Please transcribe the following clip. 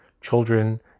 children